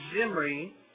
Zimri